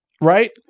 right